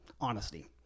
honesty